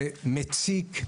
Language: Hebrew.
זה מציק,